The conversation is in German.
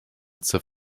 zur